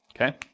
Okay